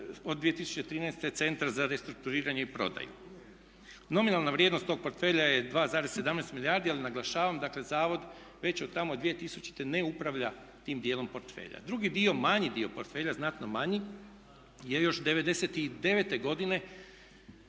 od 2013. Centar za restrukturiranje i prodaju. Nominalna vrijednost tog portfelja je 2,17 milijardi, ali naglašavam dakle zavod već od tamo 2000. ne upravlja tim dijelom portfelja. Drugi dio, manji dio portfelja, znatno manji dio je još '99. godine